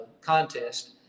contest